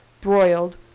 broiled